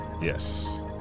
Yes